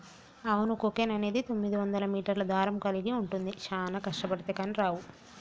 అవును కోకెన్ అనేది తొమ్మిదివందల మీటర్ల దారం కలిగి ఉంటుంది చానా కష్టబడితే కానీ రావు